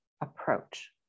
approach